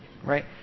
Right